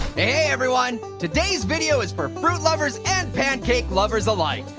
hey, everyone, today's video is for fruit lovers and pancake lovers alike.